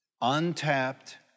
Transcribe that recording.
untapped